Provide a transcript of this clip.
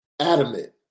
adamant